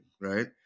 right